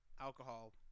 alcohol